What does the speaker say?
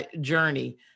journey